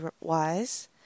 wise